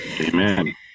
Amen